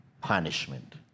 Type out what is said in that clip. punishment